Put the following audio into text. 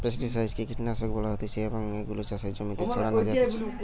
pesticide কে কীটনাশক বলা হতিছে এবং এগুলো চাষের জমিতে ছড়ানো হতিছে